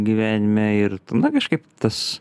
gyvenime ir na kažkaip tas